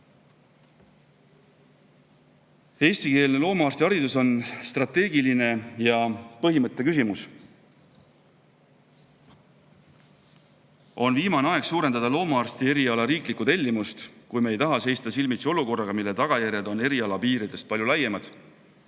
Eestikeelne loomaarstiharidus on strateegiline ja põhimõtteline küsimus. On viimane aeg suurendada loomaarstieriala riiklikku tellimust, kui me ei taha seista silmitsi olukorraga, mille tagajärjed on eriala piiridest palju laiemad,